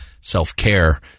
self-care